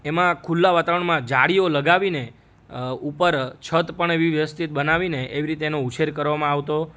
એમાં ખુલ્લા વાતાવરણમાં જાળીઓ લગાવીને ઉપર છત પણ એવી વ્યવસ્થિત બનાવીને એવી રીતે એનો ઉછેર કરવામાં આવતો